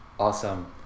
awesome